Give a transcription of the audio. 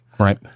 Right